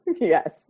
Yes